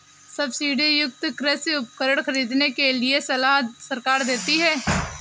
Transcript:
subsidy युक्त कृषि उपकरण खरीदने के लिए सलाह सरकार देती है